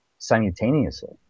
Simultaneously